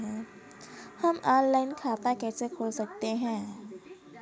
हम ऑनलाइन खाता कैसे खोल सकते हैं?